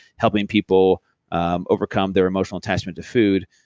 helping people um overcome their emotional attachment to food.